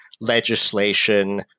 legislation